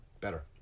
better